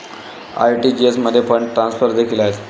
RTGS मध्ये fund transfer देखील आहेत